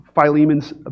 Philemon's